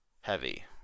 heavy